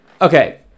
Okay